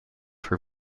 for